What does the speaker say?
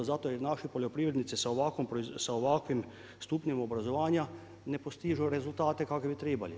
Zato jer naši poljoprivrednici sa ovakvim stupnjem obrazovanja ne postižu rezultate kakve bi trebali.